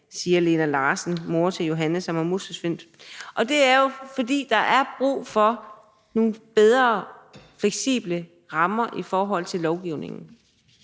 siger Lena Larsen, mor til Johanne, som har muskelsvind«. Det er jo, fordi der er brug for nogle bedre fleksible rammer i forhold til lovgivningen.